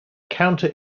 counter